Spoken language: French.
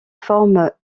forme